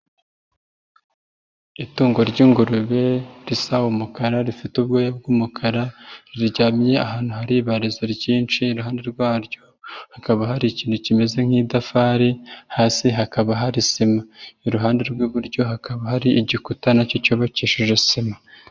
Itungo ry'ingurube risa umukara rifite ubwoya bw'umukara, riryamye ahantu hari ibarazo ryinshi iruhande rwaryo hakaba hari ikintu kimeze nk'idafari hasi hakaba hari sima, iruhande rw'iburyo hakaba hari igikuta nacyo cyubakishije sima.